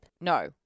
no